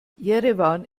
jerewan